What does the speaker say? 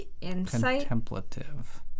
contemplative